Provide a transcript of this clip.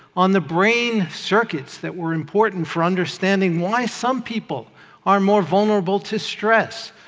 on the brain circuits that were important for understanding why some people are more vulnerable to stress,